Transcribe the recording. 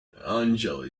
angela